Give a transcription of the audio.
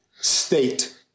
state